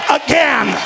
again